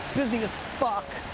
busy as fuck,